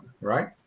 Right